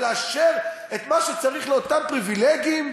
לאשר את מה שצריך לאותם פריבילגים?